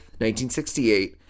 1968